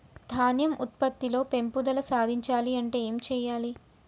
ధాన్యం ఉత్పత్తి లో పెంపుదల సాధించాలి అంటే ఏం చెయ్యాలి?